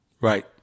Right